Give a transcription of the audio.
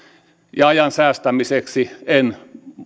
ja ajan säästämiseksi en